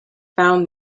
found